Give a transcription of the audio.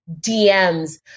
DMs